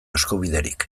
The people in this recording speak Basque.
eskubiderik